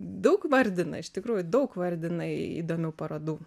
daug vardina iš tikrųjų daug vardina įdomių parodų